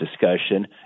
discussion